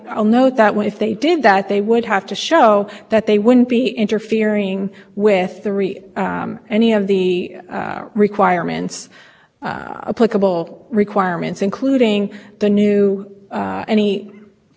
say but e p a did not undertake those projections for purposes of establishing the requirements for the rule so ordinarily how it would work is that a stay if you know your once you're in the